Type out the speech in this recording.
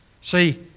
See